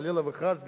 חלילה וחס,